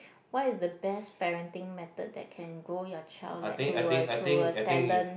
what is the best parenting method that can grow your child like to a to a talent